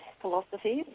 philosophies